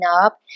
up